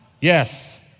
Yes